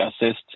assist